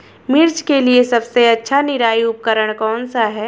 मिर्च के लिए सबसे अच्छा निराई उपकरण कौनसा है?